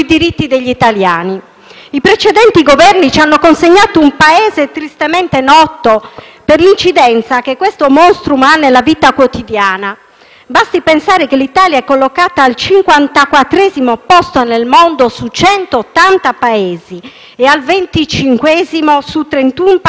I precedenti Governi ci hanno consegnato un Paese tristemente noto per l'incidenza che questo *monstrum* ha nella vita quotidiana; basti pensare che l'Italia è collocata al 54° posto nel mondo su 180 Paesi ed al 25° su 31 Paesi europei.